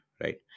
right